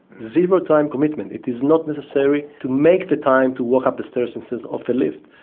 zero time commitment, it is not necessary to make the time to walk up the stairs instead of the lift.